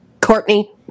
Courtney